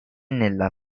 nella